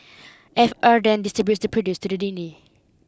F R then distributes the produce to the needy